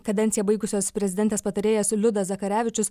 kadenciją baigusios prezidentės patarėjas liudas zakarevičius